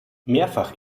mehrfach